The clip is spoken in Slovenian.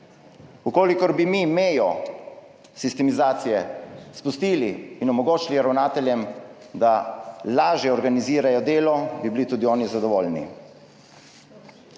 Če bi mi mejo sistemizacije spustili in omogočili ravnateljem, da lažje organizirajo delo, bi bili tudi oni zadovoljni.